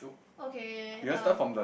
okay um